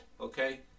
Okay